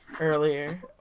earlier